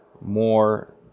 more